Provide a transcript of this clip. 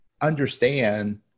understand